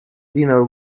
dinner